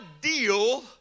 deal